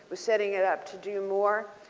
was setting it up to do more.